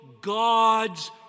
God's